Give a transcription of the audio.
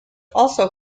also